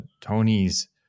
Tony's